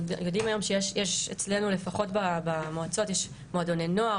אצלנו לפחות במועצות יש מועדוני נוער